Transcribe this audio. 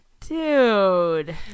Dude